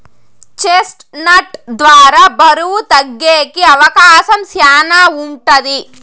chest నట్ ద్వారా బరువు తగ్గేకి అవకాశం శ్యానా ఉంటది